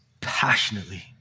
passionately